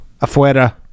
Afuera